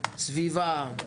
סביבה,